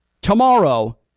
tomorrow